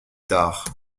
tard